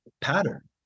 pattern